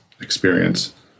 experience